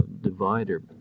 divider